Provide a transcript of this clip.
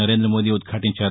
నరేందమోదీ ఉద్భాటించారు